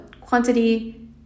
quantity